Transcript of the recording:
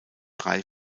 drei